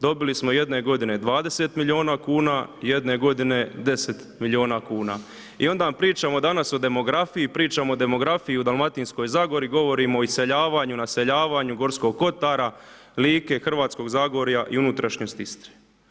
Dobili smo jedne godine 20 milijuna kuna, jedne godine 10 mil.kuna i onda pričamo danas o demografiji, pričamo o demografiji u dalmatinskoj zagori, govorimo o iseljavanju, naseljavanju Gorskog kotara, Like, Hrvatskog zagorja i unutrašnjost Istre.